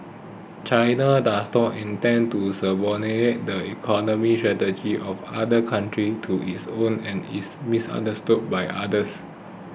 China does not intend to subordinate the economy strategies of other countries to its own and is misunderstood by others